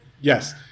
Yes